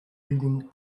reading